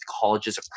colleges